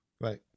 right